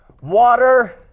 water